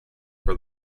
for